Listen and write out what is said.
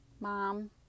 mom